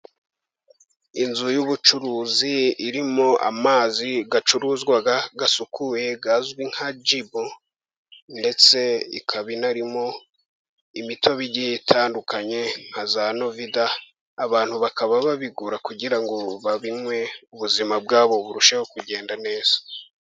Inzu y'ubucuruzi irimo amazi acuruzwa asukuye azwi nka jibu. Ndetse ikaba inarimo imitobe igiye itandukanye nka za novida, abantu bakaba babigura kugira ngo babinywe, ubuzima bwabo burusheho kugenda neza.